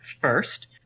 first